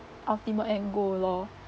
ultimate end goal lor